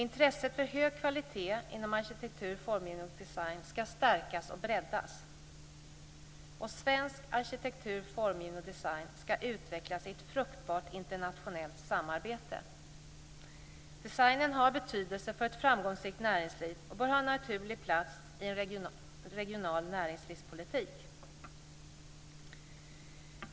· Intresset för hög kvalitet inom arkitektur, formgivning och design ska stärkas och breddas. · Svensk arkitektur, formgivning och design ska utvecklas i ett fruktbart internationellt samarbete. Designen har betydelse för ett framgångsrikt näringsliv och bör ha en naturlig plats i en regional näringslivspolitik.